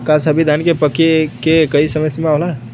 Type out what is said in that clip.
का सभी धान के पके के एकही समय सीमा होला?